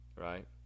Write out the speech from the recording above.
right